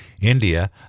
India